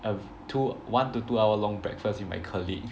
uh two one to two hour long breakfast with my colleague